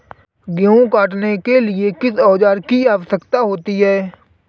गेहूँ काटने के लिए किस औजार की आवश्यकता होती है?